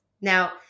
Now